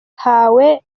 hawe